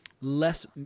less